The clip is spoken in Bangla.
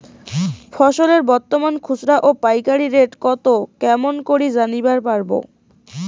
ফসলের বর্তমান খুচরা ও পাইকারি রেট কতো কেমন করি জানিবার পারবো?